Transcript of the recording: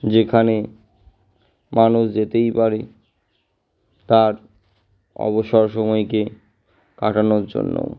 যেখানে মানুষ যেতেই পারে তার অবসর সময়কে কাটানোর জন্য